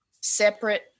separate